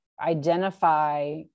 identify